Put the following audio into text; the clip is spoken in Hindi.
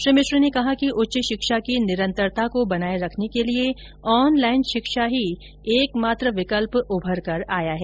श्री मिश्र ने कहा कि उच्च शिक्षा की निरन्तरता को बनाए रंखने के लिए ऑनलाइन शिक्षा ही एकमात्र विकल्प उभरकर आया है